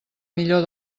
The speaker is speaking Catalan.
millor